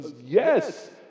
yes